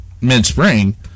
mid-spring